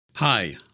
Hi